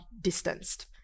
distanced